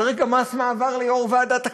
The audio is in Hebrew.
צריך גם מס מעבר ליושב-ראש ועדת הכנסת.